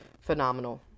phenomenal